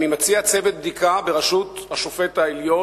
אני מציע צוות בדיקה בראשות שופט בית-המשפט העליון,